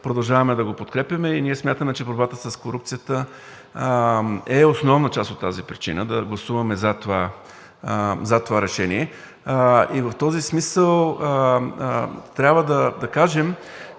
продължаваме да го подкрепяме. Смятаме, че борбата с корупцията е основна част от тази причина да гласуваме за това решение. В този смисъл трябва да кажем,